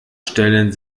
stellen